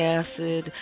acid